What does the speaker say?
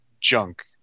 junk